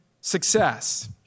success